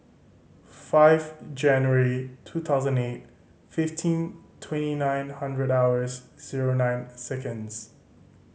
five January two thousand eight fifteen twenty nine hundred hours zero nine seconds